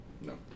No